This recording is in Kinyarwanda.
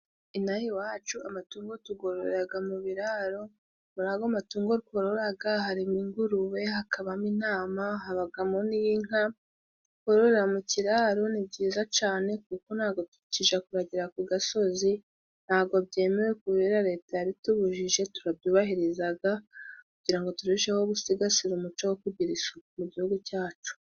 Inaha iwacu amatungo tugororeraga mu biraro. Muri ago matungo twaroraga harimo ingurube, hakabamo intama, habagamo n'inka. Kororera mu kiraro ni byiza cane kuko ntago tukija kuragira ku gasozi, ntago byemewe kubera Leta yabitubujije, turabyubahirizaga kugira turusheho gusigasira umuco wo kugira ishuku mu gihugu cyacu.